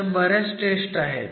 तशा बऱ्याच टेस्ट आहेत